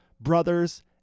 brothers